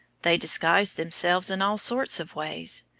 they disguised themselves in all sorts of ways.